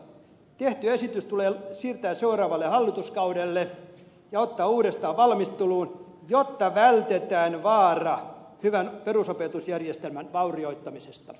tehty esitys tulee siirtää seuraavalle hallituskaudelle ja ottaa uudestaan valmisteluun jotta vältetään vaara hyvän perusopetusjärjestelmän vaurioittamisesta